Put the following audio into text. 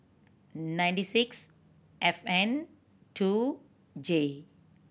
ninety six F N two J